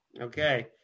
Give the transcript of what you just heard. Okay